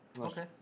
Okay